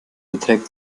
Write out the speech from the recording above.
beträgt